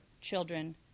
children